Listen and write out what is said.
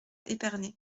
épernay